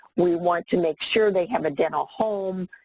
we wanted to make sure they have a dental home.